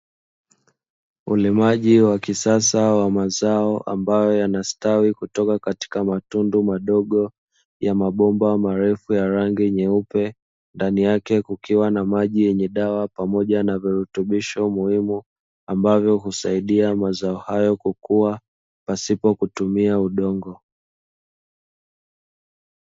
Ulimaji wa kisasa wa mazao ambao yanastawi kutoka katika matundu madogo ya mabomba marefu ya rangi nyeupe ndani yake kukiwa na maji yenye dawa pamoja na virutubisho muhimu ambavyo usaidia mazao haya kukua pasipo kutumia udongo.